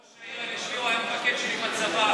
ראש העיר אלי שבירו היה המפקד שלי בצבא,